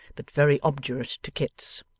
but very obdurate to kit's.